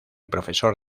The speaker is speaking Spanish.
profesor